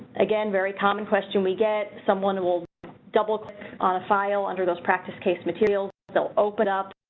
again very common question we get someone will double on a file under those practice case materials. they'll open up,